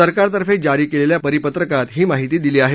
सरकारतर्फे जारी केलेल्या परिपत्रकात ही माहिती दिली आहे